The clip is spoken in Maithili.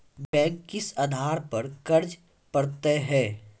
बैंक किस आधार पर कर्ज पड़तैत हैं?